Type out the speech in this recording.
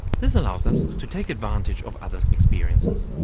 this allows us to take advantage of others' experiences,